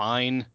Fine